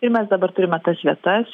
ir mes dabar turime tas vietas